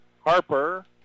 Harper